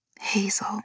Hazel